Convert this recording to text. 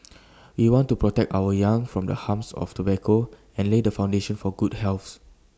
we want to protect our young from the harms of tobacco and lay the foundation for good health